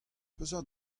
peseurt